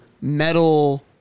metal